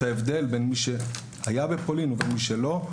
ההבדל בין מי שהיה בפולין לבין מי שלא.